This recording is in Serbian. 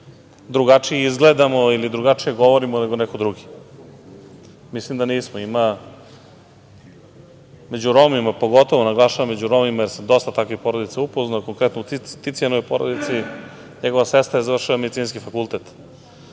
drugačije izgledamo ili drugačije govorimo nego neko drugi? Mislim da nismo. Ima među Romima, pogotovo naglašavam među Romima, jer sam dosta takvih porodica upoznao, konkretno u Ticijanovoj porodici, njegova sestra je završila medicinski fakultet,